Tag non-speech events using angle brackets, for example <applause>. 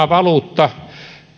<unintelligible> valuutta